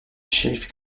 shérif